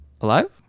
alive